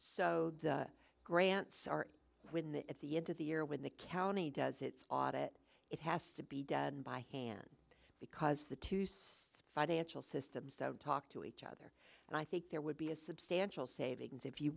so the grants are when the at the end of the year when the county does its audit it has to be done by hand because the to use financial systems to talk to each other and i think there would be a substantial savings if you